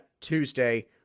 Tuesday